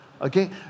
Okay